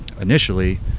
initially